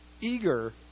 eager